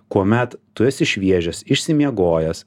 kuomet tu esi šviežias išsimiegojęs